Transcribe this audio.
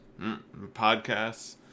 Podcasts